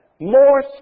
more